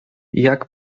jak